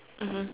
mmhmm